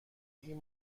این